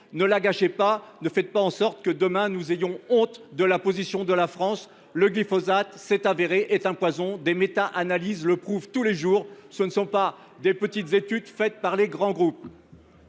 Ne la gâchez pas, ne faites pas en sorte que nous ayons honte de la position de notre pays ! Le glyphosate, c’est chose avérée, est un poison : des méta analyses le prouvent tous les jours et ce ne sont pas de petites études faites par les grands groupes